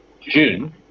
June